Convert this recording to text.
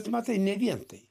matai ne vien tai